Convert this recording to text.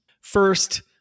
First